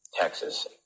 texas